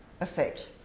Effect